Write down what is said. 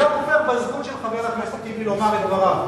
אני לא כופר בזכות של חבר הכנסת טיבי לומר את דבריו,